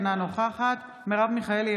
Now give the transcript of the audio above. אינה נוכחת מרב מיכאלי,